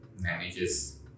manages